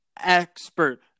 expert